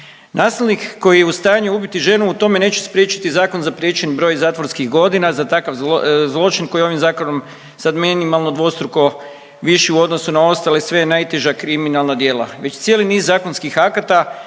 Nasilnik koji je u stanju ubiti ženu u tome neće spriječiti zakonom zapriječen broj zatvorskih godina, za takav zločin koji ovim zakonom sad minimalno dvostruko viši u odnosu na ostala sva najteža kriminalna djela već cijeli niz zakonskih akata